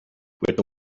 with